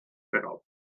beraubt